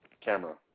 camera